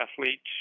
athletes